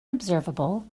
observable